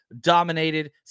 dominated